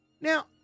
Now